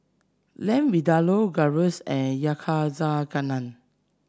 Lamb Vindaloo Gyros and Yakizakana